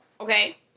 okay